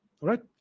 Right